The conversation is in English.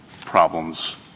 problems